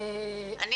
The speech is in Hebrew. לעבוד על פי החוק.